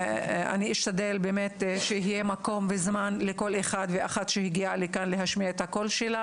אשתדל שיהיה מקום וזמן לכל אחד ואחד שהגיע לכאן להשמיע את קולו.